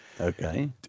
Okay